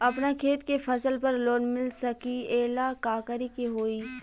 अपना खेत के फसल पर लोन मिल सकीएला का करे के होई?